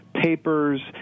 papers